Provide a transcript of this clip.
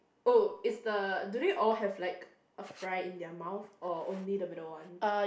oh is the do they all have like a fry in their mouth or only the middle one